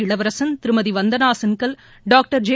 இளவரசன் திருமதி வந்தனா சின்கல் டாங்டர் ஜெ